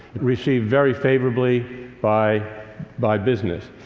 received very favorably by by business.